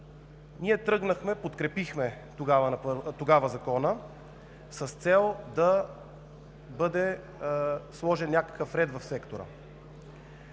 Ние подкрепихме тогава Закона с цел да бъде сложен някакъв ред в сектора.